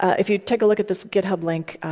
if you take a look at this github link,